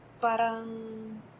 Parang